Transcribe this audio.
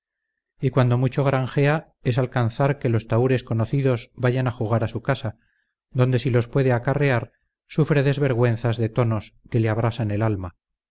y cuando mucho granjea es alcanzar que los tahures conocidos vayan a jugar a su casa donde si los puede acarrear sufre desvergüenzas de tonos que le abrasan el alma